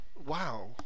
Wow